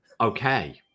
Okay